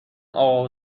اقا